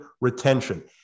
retention